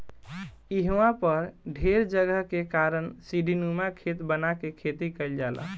इहवा पर ढेर जगह के कारण सीढ़ीनुमा खेत बना के खेती कईल जाला